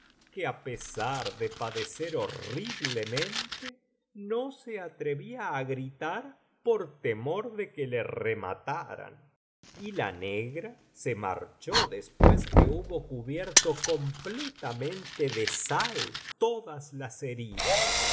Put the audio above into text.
que á pesar de padecer horriblemente no se atrevía á gritar por temor de que le remataran y la negra se marchó después que hubo cubierto completamente de sal todas las heridas